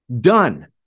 done